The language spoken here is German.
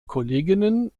kolleginnen